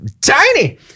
tiny